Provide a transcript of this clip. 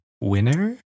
winner